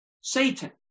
Satan